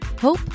hope